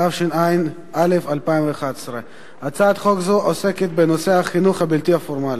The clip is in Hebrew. התשע"א 2011. הצעת חוק זו עוסקת בנושא החינוך הבלתי-פורמלי,